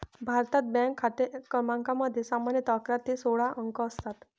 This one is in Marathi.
भारतात, बँक खाते क्रमांकामध्ये सामान्यतः अकरा ते सोळा अंक असतात